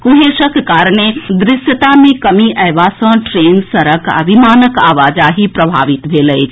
कुहेसक कारणे दृश्यता मे कमी अएबा सँ ट्रेन सड़क आ विमानक आवाजाही प्रभावित भेल अछि